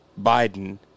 Biden